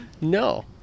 No